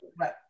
right